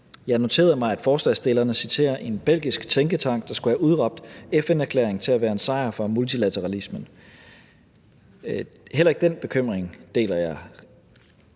Jeg noterede mig, at forslagsstillerne citerer en belgisk tænketank, der skulle have udråbt FN-erklæringen til at være en sejr for multilateralisme. Heller ikke den bekymring deler jeg.